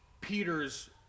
Peter's